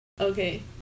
Okay